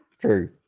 True